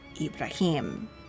Ibrahim